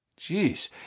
Jeez